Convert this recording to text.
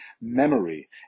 memory